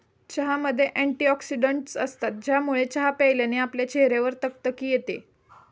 चहामध्ये अँटीऑक्सिडन्टस असतात, ज्यामुळे चहा प्यायल्याने आपल्या चेहऱ्यावर तकतकी येते